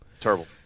terrible